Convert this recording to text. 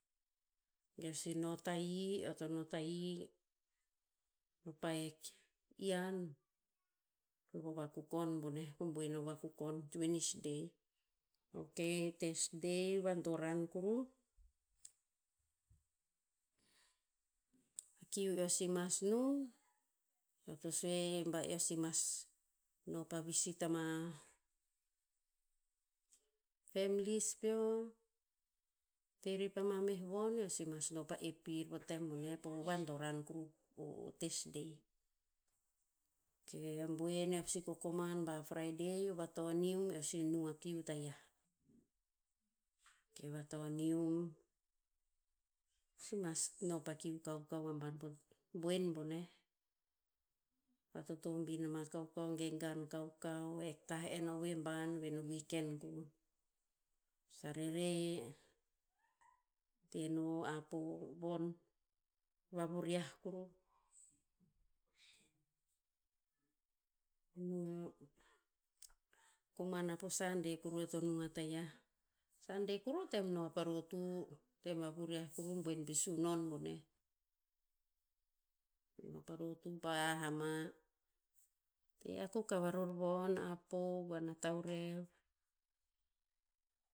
Ge eo si no tahi eo to no tahim, no pa hek ian, von a vakukon boneh, boen na vakukon, wednesday. Ok, thursday vadoran kuruh, a kiu eo si mas nung, eo to sue ba eo si mas no pa visit ama families peo. Te rer pa mameh von eo si mas no pa ep pir po tem boneh po vadoran kuruh po thursday. Ok, a boen eo pasi kokoman ba friday o vatonium eo si nung a kiu tayiah. Ok, vatonium, si mas no pa kiu kauka aban po boen boneh. Vatotobin ama kaukau ge gan kaukau hek tah en ovoe ban ven o wiken kuruh, sarere, te no apo von, vuriah kuruh. koman apo sade kuruh eo to nung a tayiah. Sade kuruh o tem no pa rotu, tem vavuriah kuru boen pe sunon boneh. No pa rotu pa hah ama. Te akuk a varor von, apo, huan a taurev